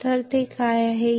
ಆದ್ದರಿಂದ ಅದು ಏನು